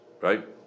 right